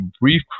brief